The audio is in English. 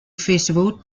festival